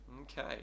Okay